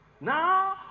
Now